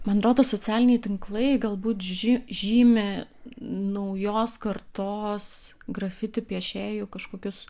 man rodos socialiniai tinklai galbūt ži žymi naujos kartos grafiti piešėjų kažkokius